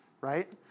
right